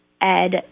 Ed